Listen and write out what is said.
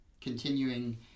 continuing